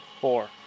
four